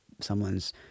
someone's